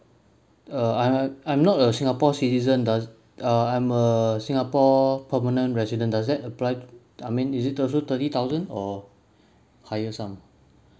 uh I I'm not a singapore citizen does uh I'm a singapore permanent resident does that apply I mean is it total thirty thousand or higher sum